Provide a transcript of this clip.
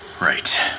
Right